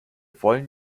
wollen